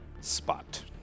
Spot